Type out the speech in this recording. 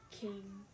king